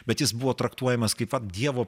bet jis buvo traktuojamas kaip vat dievo